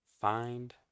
Find